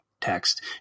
text